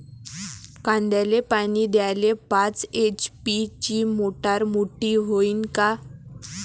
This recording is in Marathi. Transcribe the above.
कांद्याले पानी द्याले पाच एच.पी ची मोटार मोटी व्हईन का?